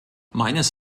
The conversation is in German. meines